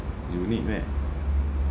you need meh